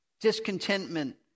discontentment